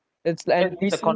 it's and recently